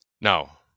Now